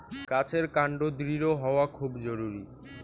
গাছের কান্ড দৃঢ় হওয়া খুব জরুরি